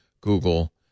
Google